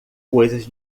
coisas